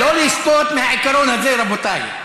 לא לסטות מהעיקרון הזה, רבותיי.